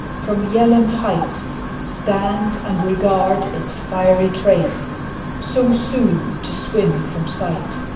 from yell'ham height stand and regard its fiery train so soon to swim from sight.